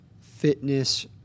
fitness